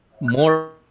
more